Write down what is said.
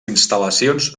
instal·lacions